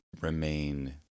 remain